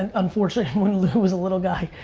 and unfortunately when lou was a little guy,